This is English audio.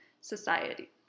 society